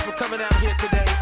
coming out here today?